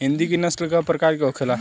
हिंदी की नस्ल का प्रकार के होखे ला?